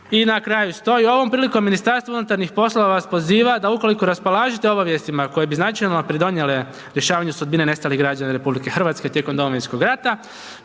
I na kraju stoji, ovom prilikom MUP vas poziva, da ukoliko raspolažete obavijestima koje bi značajno pridonijele rješavanju sudbine nestalih građana RH tijekom Domovinskog rata,